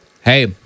Hey